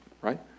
right